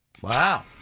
Wow